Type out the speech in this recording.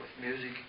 music